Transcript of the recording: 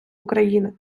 україни